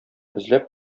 эзләп